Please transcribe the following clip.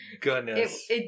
goodness